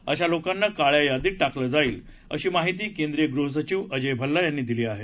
अशा लोकांना काळ्या यादीत टाकलं जाईल अशी माहिती केंद्रीय गृहसचिव अजय भल्ला यांनी दिली आहे